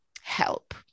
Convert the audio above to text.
help